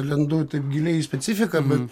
lendu taip giliai į specifiką bet